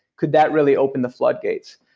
could that really open the floodgates?